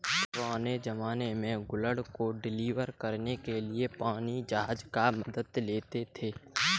पुराने ज़माने में गुड्स को डिलीवर करने के लिए पानी के जहाज की मदद लेते थे